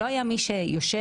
לא היה מי שיושב,